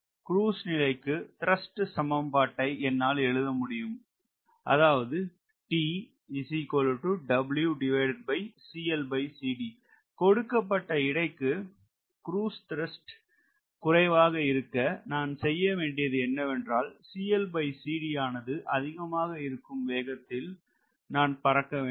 cruise நிலைக்கு thrust சமன்பாடை என்னால் எழுத முடியும் அது கொடுக்கப்பட்ட எடைக்கு க்ரூஸ் திரஸ்ட் குறைவாக இருக்க நான் செய்யவேண்டியது என்னவென்றால் ஆனது அதிகமாக இருக்கும் வேகத்தில் நான் பறக்க வேண்டும்